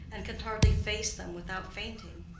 and can hardly face them without fainting.